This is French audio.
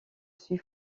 suis